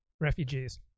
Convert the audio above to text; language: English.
refugees